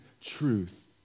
truth